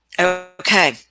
Okay